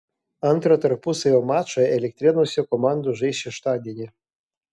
antrą tarpusavio mačą elektrėnuose komandos žais šeštadienį